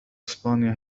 أسبانيا